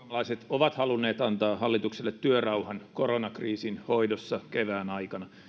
ovat halunneet antaa hallitukselle työrauhan koronakriisin hoidossa kevään aikana